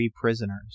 prisoners